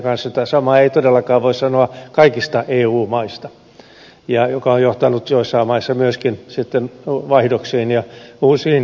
tätä samaa ei todellakaan voi sanoa kaikista eu maista mikä on johtanut joissain maissa myöskin sitten vaihdoksiin ja uusiin johtopäätöksiin